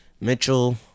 Mitchell